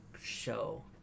show